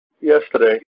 yesterday